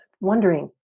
wondering